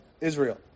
Israel